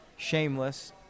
Shameless